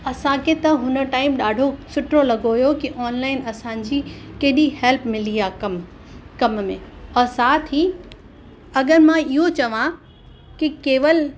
त असांखे त हुन टाइम ॾाढो सुठो लॻो हुओ की ऑनलाइन असांजी केॾी हैल्प मिली आहे कम कम में औरि साथ ई अगरि मां इहो चवां की केवल